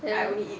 ya